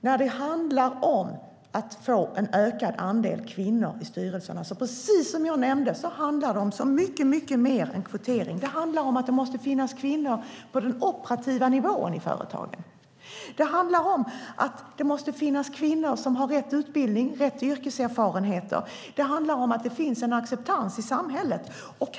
När det handlar om att få en ökad andel kvinnor i styrelserna handlar det, precis som jag nämnde, om så mycket mer än kvotering. Det handlar om att det måste finnas kvinnor på den operativa nivån i företagen. Det handlar om att det måste finnas kvinnor som har rätt utbildning och rätt yrkeserfarenheter. Det handlar om att det finns en acceptans i samhället.